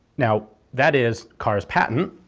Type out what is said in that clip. now that is kerr's patent,